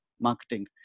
marketing